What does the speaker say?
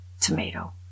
tomato